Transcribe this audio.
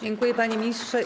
Dziękuję, panie ministrze.